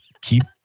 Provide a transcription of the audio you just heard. keep